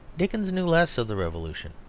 dickens knew less of the revolution,